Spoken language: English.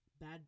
bad